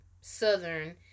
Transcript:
southern